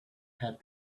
had